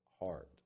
heart